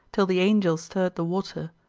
till the angel stirred the water,